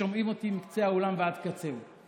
ששומעים אותי מקצה העולם ועד קצהו.